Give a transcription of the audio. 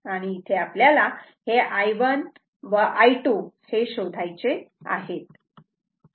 आणि इथे आपल्याला I1 व I2 हे शोधायचे आहेत